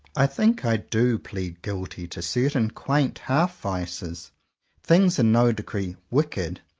i think i do plead guilty to certain quaint half-vices things in no degree wicked,